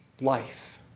life